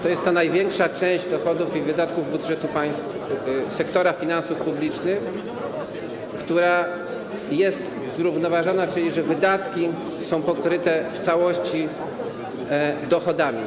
Ta największa część dochodów i wydatków budżetu państwa, sektora finansów publicznych jest zrównoważona, czyli wydatki są pokryte w całości dochodami.